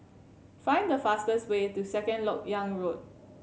find the fastest way to Second Lok Yang Road